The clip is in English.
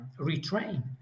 retrain